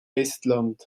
estland